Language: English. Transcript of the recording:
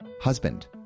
husband